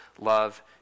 love